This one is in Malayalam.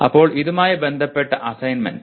ഇപ്പോൾ ഇതുമായി ബന്ധപെട്ട അസൈൻമെൻറ്സ്